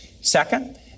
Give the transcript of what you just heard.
Second